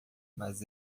mas